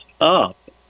up